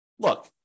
look